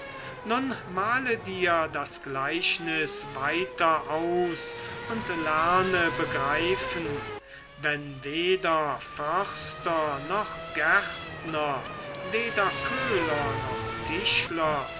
nun male dir das gleichnis weiter aus und lerne begreifen wenn weder förster noch gärtner weder köhler noch tischer